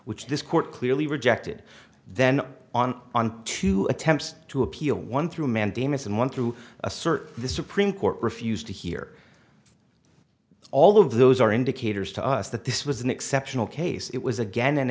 which this court clearly rejected then on two attempts to appeal one through mandamus and one through assert the supreme court refused to hear all of those are indicators to us that this was an exceptional case it was again and